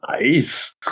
Nice